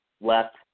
left